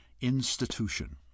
institution